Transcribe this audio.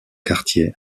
quartier